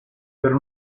per